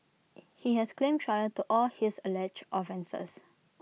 he has claimed trial to all his alleged offences